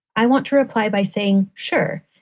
i want to reply by saying sure,